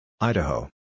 Idaho